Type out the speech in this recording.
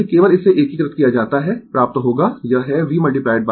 यदि केवल इसे एकीकृत किया जाता है प्राप्त होगा यह है V I